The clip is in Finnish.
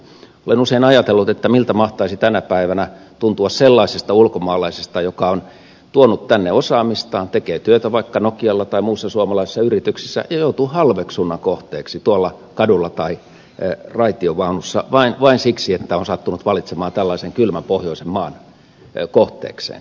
olen usein ajatellut miltä mahtaisi tänä päivänä tuntua sellaisesta ulkomaalaisesta joka on tuonut tänne osaamistaan tekee työtä vaikka nokialla tai muussa suomalaisessa yrityksessä ja joutuu halveksunnan kohteeksi kadulla tai raitiovaunussa vain siksi että on sattunut valitsemaan tällaisen kylmän pohjoisen maan kohteekseen